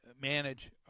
manage